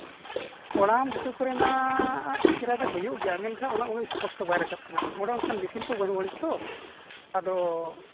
ᱠᱚᱲᱟᱢ ᱦᱟᱹᱥᱩ ᱠᱚᱨᱮᱱᱟᱜ ᱮ ᱠᱥᱮ ᱨᱮ ᱫᱚ ᱦᱩᱭᱩᱜ ᱜᱮᱭᱟ ᱢᱮᱱᱠᱷᱟᱱ ᱚᱱᱟ ᱩᱱᱟᱹᱜ ᱠᱚᱥᱴᱚ ᱵᱟᱭ ᱨᱟᱠᱟᱵ ᱠᱟᱱᱟ ᱱᱚᱰᱮ ᱚᱱᱠᱟᱱ ᱢᱮ ᱥᱤᱱ ᱠᱚ ᱵᱟᱹᱱᱩᱜ ᱟᱹᱱᱤᱡ ᱛᱚ ᱟᱫᱚ